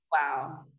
wow